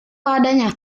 padanya